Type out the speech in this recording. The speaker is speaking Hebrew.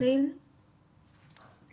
לברך על הדיון הכל כך חשוב הזה.